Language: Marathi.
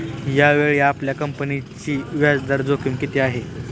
यावेळी आपल्या कंपनीची व्याजदर जोखीम किती आहे?